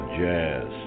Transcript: jazz